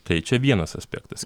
tai čia vienas aspektas